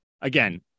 again